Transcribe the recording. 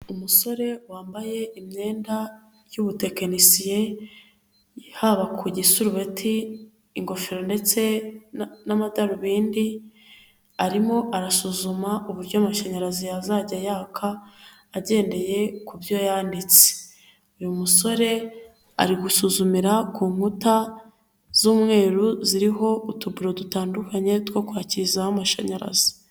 Umusore wambaye imyenda y'ubutekinisiye haba ku gisurubeti, ingofero ndetse n'amadarubindi, arimo arasuzuma uburyo amashanyarazi azajya yaka agendeye kubyo yanditse, uyu musore ari gusuzumira ku nkuta z'umweru ziriho utuburo dutandukanye two kwakirizaho amashanyarazi.